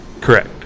Correct